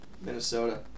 Minnesota